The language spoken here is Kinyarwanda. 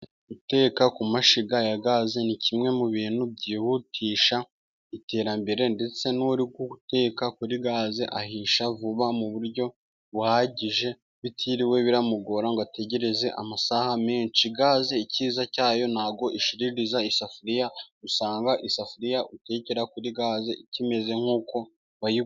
Guteka ku mashyiga ya gaze ni kimwe mu bintu byihutisha iterambere, ndetse n'uri guteka kuri gaze ahisha vuba mu buryo buhagije, bitiriwe biramugora ngo ategereze amasaha menshi, gaze icyiza cyayo ntago ishiririza isafuriya, usanga isafuriya utekera kuri gaze ikimeze nk'uko wayiguze.